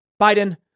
Biden